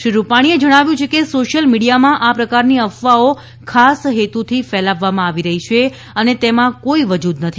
શ્રી રૂપાણીએ જણાવ્યું છે કે સોશિયલ મીડીયામાં આ પ્રકારની અફવાઓ ખાસ હેતુથી ફેલાવવામાં આવી રહી છે અને તેમાં કોઇ વજુદ નથી